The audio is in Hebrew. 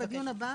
בדיון הבא,